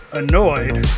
annoyed